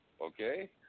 okay